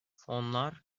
fonlar